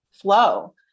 flow